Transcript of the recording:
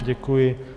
Děkuji.